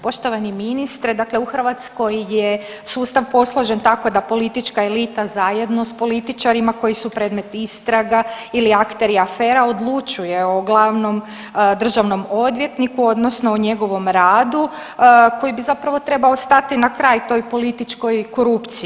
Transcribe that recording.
Poštovani ministre, dakle u Hrvatskoj je sustav posložen tako da politička elita zajedno s političarima koji su predmet istraga ili akteri afera odlučuje o glavnom državnom odvjetniku, odnosno o njegovom radu koji bi zapravo trebao stati na kraj toj političkoj korupciji.